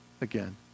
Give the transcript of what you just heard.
again